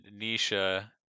Nisha